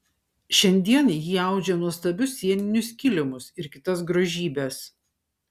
šiandien ji audžia nuostabius sieninius kilimus ir kitas grožybes